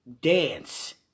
dance